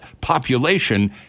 population